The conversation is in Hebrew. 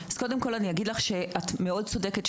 את צודקת,